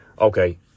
okay